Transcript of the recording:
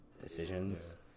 decisions